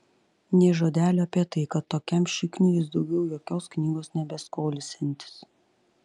nė žodelio apie tai kad tokiam šikniui jis daugiau jokios knygos nebeskolinsiantis